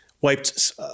Wiped